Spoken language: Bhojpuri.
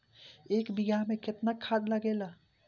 एक बिगहा में केतना खाद लागेला?